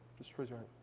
just raise your